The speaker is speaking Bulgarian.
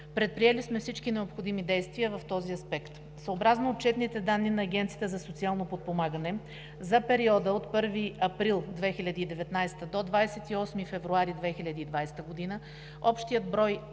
Предприели сме всички необходими действия в този аспект. Съобразно отчетните данни на Агенцията за социално подпомагане за периода от 1 април 2019 г. до 28 февруари 2020 г. общият брой